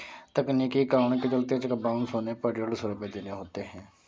तकनीकी कारण के चलते चेक बाउंस होने पर डेढ़ सौ रुपये देने होते हैं